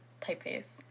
typeface